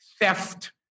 Theft